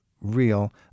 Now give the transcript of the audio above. real